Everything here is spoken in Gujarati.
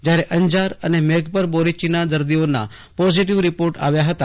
જયારે અંજાર અને મેઘપર બોરીચીના દર્દીઓના પોઝિટીવ રિપોર્ટ આવ્યો હતા